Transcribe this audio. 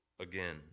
again